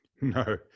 No